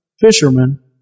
fisherman